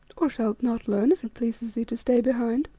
or shalt not learn if it pleases thee to stay behind.